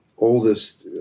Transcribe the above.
oldest